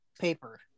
paper